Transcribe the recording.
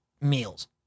meals